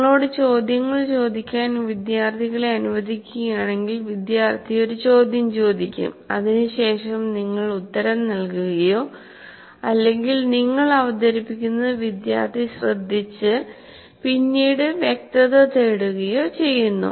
നിങ്ങളോട് ചോദ്യങ്ങൾ ചോദിക്കാൻ വിദ്യാർത്ഥികളെ അനുവദിക്കുകയാണെങ്കിൽ വിദ്യാർത്ഥി ഒരു ചോദ്യം ചോദിക്കും അതിനുശേഷം നിങ്ങൾ ഉത്തരം നൽകുകയോ അല്ലെങ്കിൽ നിങ്ങൾ അവതരിപ്പിക്കുന്നത് വിദ്യാർത്ഥി ശ്രദ്ധിച്ച് പിന്നീട് വ്യക്തത തേടുകയോ ചെയ്യുന്നു